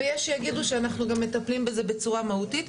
ויש שיגידו שאנחנו גם מטפלים בזה בצורה מהותית.